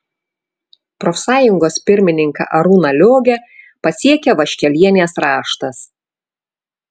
profsąjungos pirmininką arūną liogę pasiekė vaškelienės raštas